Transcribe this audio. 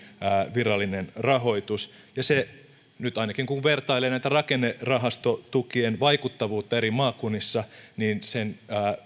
virallinen rahoitus ja ainakin kun nyt vertailee rakennerahastotukien vaikuttavuutta eri maakunnissa sen